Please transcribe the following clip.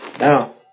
Now